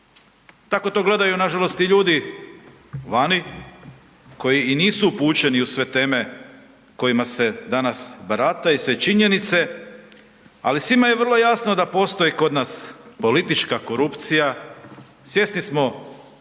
Tako to gledaju nažalost i ljudi vani koji i nisu upućeni u sve teme kojima se danas barata i sve činjenice, ali svima je vrlo jasno da postoji kod nas politička korupcija, svjesni smo